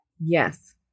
Yes